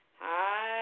Hi